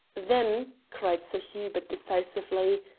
then, cried sir hubert decisively,